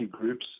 groups